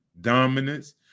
dominance